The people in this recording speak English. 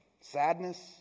sadness